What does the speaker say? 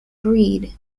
breed